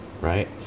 right